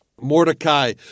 Mordecai